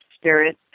spirit